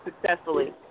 successfully